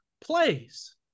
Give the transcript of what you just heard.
plays